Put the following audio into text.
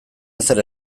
ezer